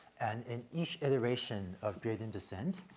and in each iteration of gradient descent,